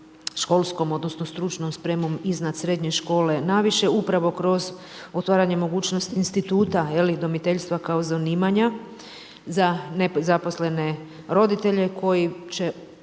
školskom, odnosno, stručnom spremom iznad srednje škole, naviše, upravo kroz otvaranje mogućnost instituta udomiteljstva kao zanimanja za zaposlene roditelje, koji će